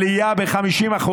עלייה ב-50%.